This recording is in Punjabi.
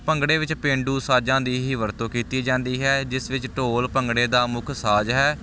ਭੰਗੜੇ ਵਿੱਚ ਪੇਂਡੂ ਸਾਜਾਂ ਦੀ ਹੀ ਵਰਤੋਂ ਕੀਤੀ ਜਾਂਦੀ ਹੈ ਜਿਸ ਵਿੱਚ ਢੋਲ ਭੰਗੜੇ ਦਾ ਮੁੱਖ ਸਾਜ ਹੈ